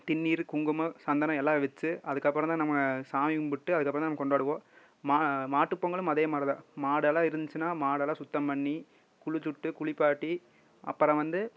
திருநீரு குங்குமம் சந்தனம் எல்லாம் வச்சு அதுக்கப்புறந்தான் நம்ம சாமி கும்பிட்டு அதுக்கப்புறந்தா நம்ம கொண்டாடுவோம் மா மாட்டுப் பொங்கலும் அதே மாதிரிதான் மாடெல்லாம் இருந்திச்சின்னா மாடெல்லாம் சுத்தம் பண்ணி குளித்துட்டு குளிப்பாட்டி அப்புறம் வந்து